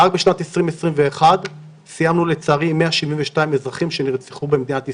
רק בשנת 2021 סיימנו לצערי עם 172 אזרחים שנרצחו במדינת ישראל.